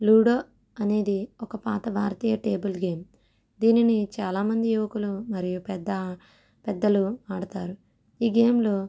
ludo అనేది ఒక పాత భారతీయ టేబుల్ గేమ్ దీనిని చాలామంది యువకులు మరియు పెద్దా పెద్దలు ఆడతారు ఈ గేమ్లో